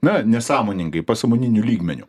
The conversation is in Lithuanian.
na nesąmoningai pasąmoniniu lygmeniu